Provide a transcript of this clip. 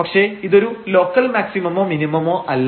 പക്ഷേ ഇതൊരു ലോക്കൽ മാക്സിമമോ മിനിമമോ അല്ല